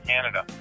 Canada